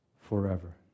forever